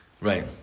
Right